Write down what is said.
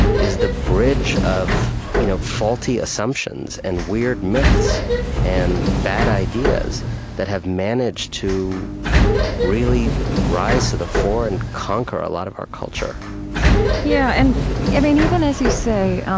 is the bridge of you know faulty assumptions and weird myths and bad ideas that have managed to really rise to the fore and conquer a lot of our culture yeah and and even as you say,